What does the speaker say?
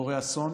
כשקורה אסון